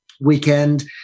weekend